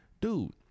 dude